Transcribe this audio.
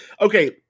Okay